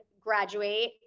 graduate